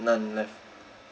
none left